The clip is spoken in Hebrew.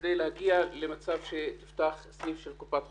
בכדי להגיע למצב שייפתח סניף של קופת חולים.